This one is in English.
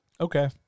Okay